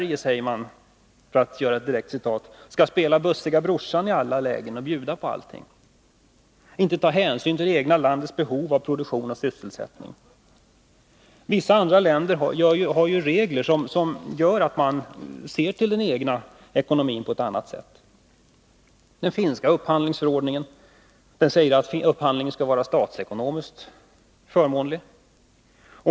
Man säger — för att göra ett direkt referat — att vi i Sverige i alla lägen skall spela bussiga brorsan och bjuda på allting och inte ta hänsyn till det egna landets behov av produktion och sysselsättning. Vissa andra länder har regler som gör att de på ett annat sätt ser till effekterna på den egna ekonomin. Den finska upphandlingsförordningen säger att upphandlingen skall vara statsekonomiskt förmånlig.